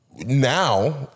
Now